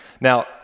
Now